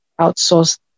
outsource